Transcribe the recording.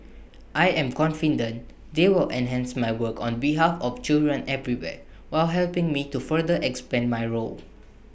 I am confident they will enhance my work on behalf of children everywhere while helping me to further expand my role